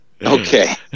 Okay